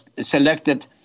selected